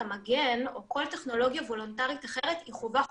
המגן או כל טכנולוגיה וולונטרית אחרת היא חובה חוקית,